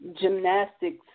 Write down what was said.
gymnastics